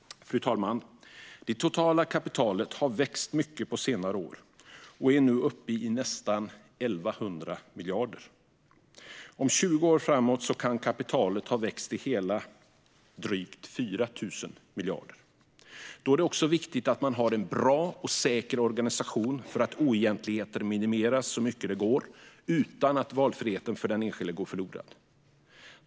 Fru talman! Det totala kapitalet har växt mycket på senare år och är nu uppe i nästan 1 100 miljarder. Om 20 år kan kapitalet ha växt så mycket som till drygt 4 000 miljarder. Då är det också viktigt att man har en bra och säker organisation för att oegentligheter ska minimeras så mycket det går, utan att valfriheten för den enskilde går förlorad.